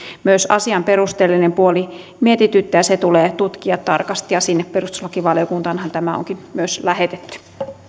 myös asian perustuslaillinen puoli mietityttää se tulee tutkia tarkasti ja sinne perustuslakivaliokuntaanhan tämä onkin myös lähetetty